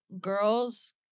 girls